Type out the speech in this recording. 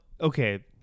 okay